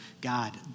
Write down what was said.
God